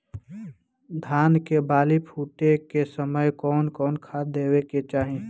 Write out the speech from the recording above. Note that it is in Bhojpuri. धान के बाली फुटे के समय कउन कउन खाद देवे के चाही?